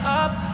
up